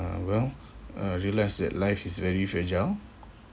uh well uh realise that life is very fragile